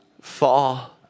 fall